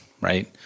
right